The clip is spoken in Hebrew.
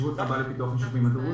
חשיבות רבה לפיתוח הישובים הדרוזים.